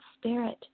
spirit